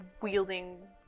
...wielding